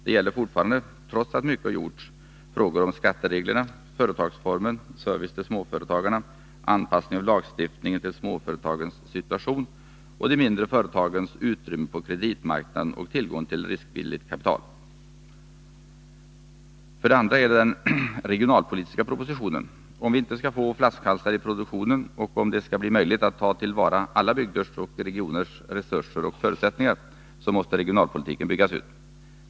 Det gäller fortfarande, trots att mycket gjorts, frågor om skattereglerna, företagsformen, service till småföretagarna, anpassning av lagstiftningen till småföretagens situation och de mindre företagens utrymme på kreditmarknaden och tillgång till riskvilligt kapital. För det andra är det den regionalpolitiska propositionen. Om vi inte skall få flaskhalsar i produktionen och om det skall bli möjligt att ta till vara alla bygders och regioners resurser och förutsättningar måste regionalpolitiken byggas ut.